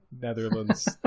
Netherlands